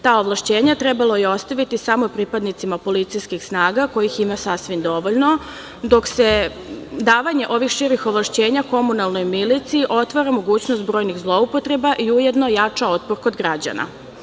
Ta ovlašćenja trebalo je ostaviti samo pripadnicima policijskih snaga, kojih ima sasvim dovoljno, dok se davanje ovih širih ovlašćenja komunalnoj miliciji otvara mogućnost brojnih zloupotreba i ujedno jača otpor kod građana.